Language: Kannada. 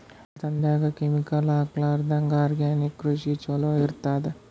ಒಕ್ಕಲತನದಾಗ ಕೆಮಿಕಲ್ ಹಾಕಲಾರದಂಗ ಆರ್ಗ್ಯಾನಿಕ್ ಕೃಷಿನ ಚಲೋ ಇರತದ